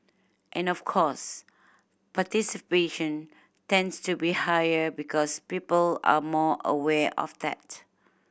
and of course participation tends to be higher because people are more aware of that